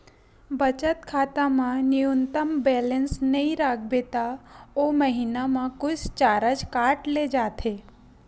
बचत खाता म न्यूनतम बेलेंस नइ राखबे त ओ महिना म कुछ चारज काट ले जाथे